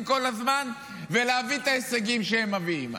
כל הזמן ולהביא את ההישגים שהם מביאים.